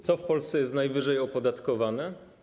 Co w Polsce jest najwyżej opodatkowane?